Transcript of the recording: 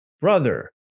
brother